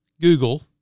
Google